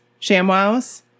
Shamwows